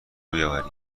برداری